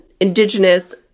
indigenous